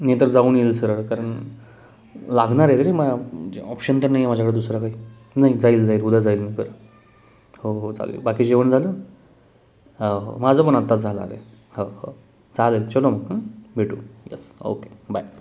नाही तर जाऊन येईल सरळ कारण लागणार आहे रे तरी माझे ऑप्शन तर नाही आहे माझ्याकडे दुसरा काही नाही जाईल जाईल उद्या जाईल मी कर हो हो चालेल बाकी जेवण झालं हो हो माझं पण आत्ताच झालं अरे हो हो चालेल चलो मग हं भेटू यस ओके बाय